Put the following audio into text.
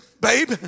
babe